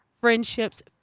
friendships